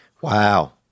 Wow